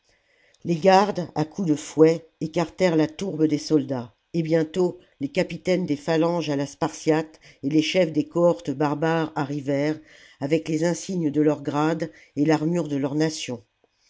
les gardes à coups de fouet écartèrent la tourbe des soldats et bientôt les capitaines des phalanges à la spartiate et les chefs des cohortes barbares arrivèrent avec les insignes de leur grade et l'armure de leur nation